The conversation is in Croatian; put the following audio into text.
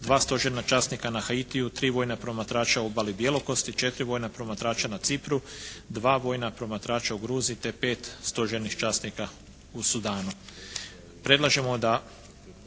3 stožerna časnika na Haitiju, 3 vojna promatrača u obali Bjelokosti, 4 vojna promatrača na Cipru, 2 vojna promatrača u Gruziji te 5 stožernih časnika u Sudanu.